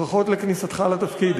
ברכות לכניסתך לתפקיד,